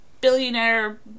billionaire